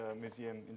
Museum